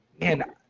man